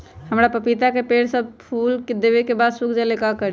हमरा पतिता के पेड़ सब फुल देबे के बाद सुख जाले का करी?